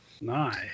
Nice